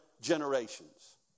generations